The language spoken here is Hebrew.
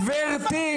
גברתי.